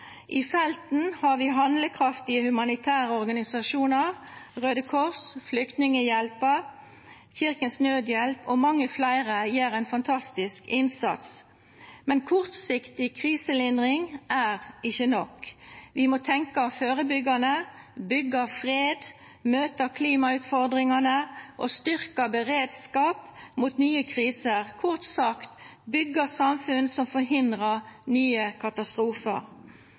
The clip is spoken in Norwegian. I felten har vi handlekraftige humanitære organisasjoner. Røde Kors, Flyktninghjelpen, Kirkens Nødhjelp og mange flere gjør en fantastisk innsats. Men kortsiktig kriselindring er ikke nok. Vi må tenke forebyggende, bygge fred, møte klimautfordringene og styrke beredskap mot nye kriser – kort sagt bygge samfunn som forhindrer nye katastrofer.